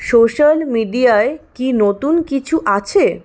social মিডিয়ায় কি নতুন কিছু আছে